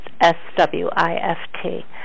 S-W-I-F-T